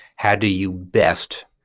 how do you best,